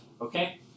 okay